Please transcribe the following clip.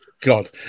god